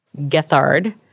Gethard